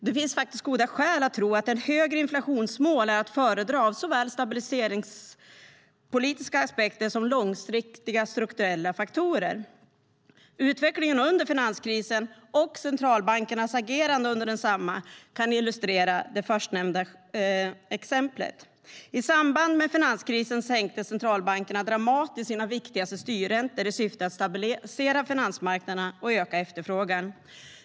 Det finns faktiskt goda skäl att tro att ett högre inflationsmål är att föredra när det gäller såväl stabiliseringspolitiska aspekter som långsiktiga strukturella faktorer. Utvecklingen under finanskrisen och centralbankernas agerande under densamma kan illustrera det förstnämnda exemplet. I samband med finanskrisen sänkte centralbankerna dramatiskt sina viktigaste styrräntor i syfte att stabilisera finansmarknaderna och öka efterfrågan.